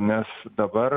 nes dabar